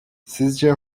sizce